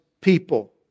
people